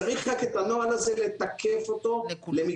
צריך רק את הנוהל הזה לתקף אותו למקרים,